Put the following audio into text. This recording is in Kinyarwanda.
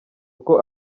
uko